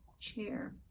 chair